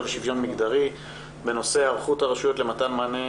ושוויון מגדרי בנושא: היערכות הרשויות למתן מענה